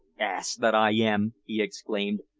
ass! that i am, he exclaimed,